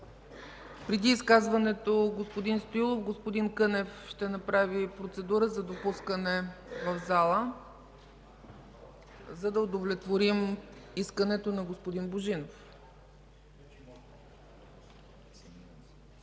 преди изказването господин Кънев ще направи процедура за допускане в залата, за да удовлетворим искането на господин Божинов.